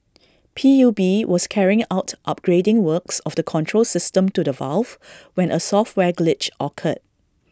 P U B was carrying out upgrading works of the control system to the valve when A software glitch occurred